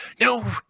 No